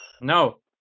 No